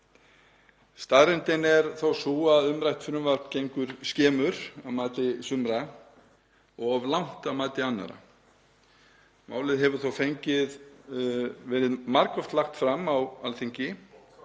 Staðreyndin er þó sú að umrætt frumvarp gengur skemur að mati sumra en of langt að mati annarra. Málið hefur þó margoft verið lagt fram á Alþingi,